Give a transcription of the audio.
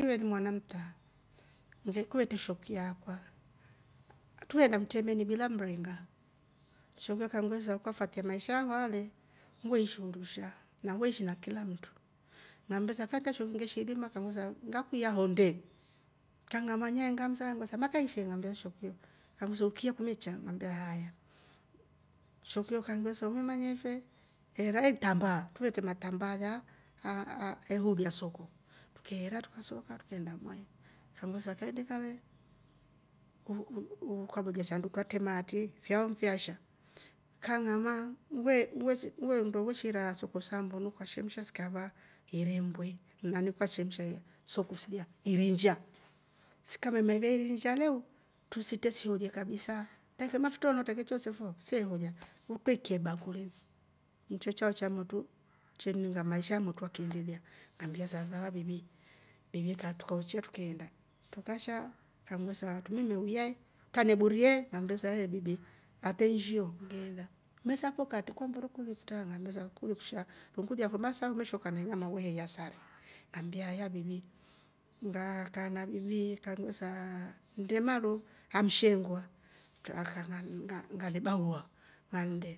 Ngiveli mwana mta kuvetre shekuyo akwa truveenda mtremeni bila mringa shekuyo akambesa ukafata maisha haihaa le uveeshi undusha na weeshi na kilamndu ngambesa kaasho ngeshiilima, ngavesa ngakuiya hondee, kang'ama naengamsa ngavesa makaeshi ngambia shekuyo, kangvesa uchiya kumecha ngambia haaya shekuyo kanmbesa umemanya fe hera itambaa truvetre matambaa alya he uliya soko, tukeera tukasooka trukeenda mwai kanvesa kaindika le u- u- ukalolya shandu ngatrema aatri, fyao ni fyasha kang'ama wewe nndo we shiira soko sa mboni ukashemsha sikava iremwe naani nkashemsha soko silya iriinjya, sikameemeva irinjya leu trutre si hoolie kabisa utreete mafutra utetre choose fo se holya tweikya ibakurini, ncho chao cha motru tweeninga maisha ha amotru ya keendelia ngammbi sava sav bibi. bibi akauchya trukeenda, trukasha trumeeme uya trane buriee ngambesa ehe bibi atenshiyo fo kwa mburu kuli ktra ngambesa kuli kushya, ungulia fomasao umeshoka nga'i ng'ama we heiya sari ngambia haya bibi, ngakaa na bibi kangiiya nnde maru ah msheengwa nga- ngane ngane bahua nganndo